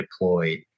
deployed